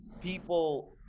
people